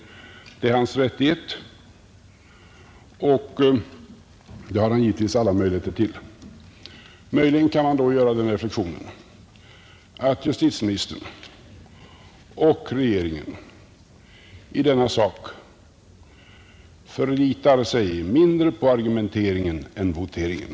Detta är hans rättighet, och han har givetvis möjlighet att göra det. Man kan då göra den reflexionen, att justitieministern och regeringen i denna sak förlitar sig mindre på argumenteringen än på voteringen,